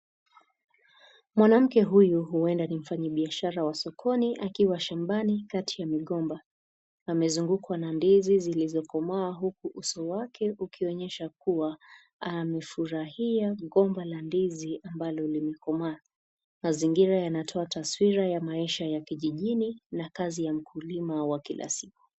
Mwanamke huyu huenda ni mfanyibiashara wa sokoni, akiwa shambani kati ya migomba. Amezungukwa na ndizi zilizokomaa huku uso wake ukionyesha kuwa amefurahia gomba la ndizi ambalo limekomaa. Mazingira yanatoa taswira ya maisha ya kijijini na kazi ya mkulima wa kila siku.